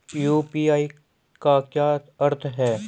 UPI का क्या अर्थ है?